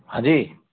हाँ जी